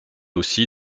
aussi